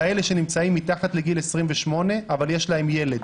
כאלה שנמצאים מתחת לגיל 28 אבל יש להם ילד.